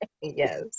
yes